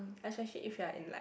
especially if you are in like